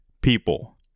people